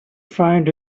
find